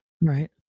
Right